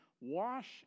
wash